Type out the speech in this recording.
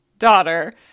daughter